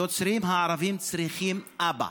היוצרים הערבים צריכים אבא,